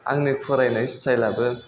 आंनि फरायनाय स्थाइलाबो